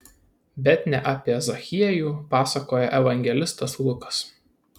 bet ne apie zachiejų pasakoja evangelistas lukas